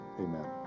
Amen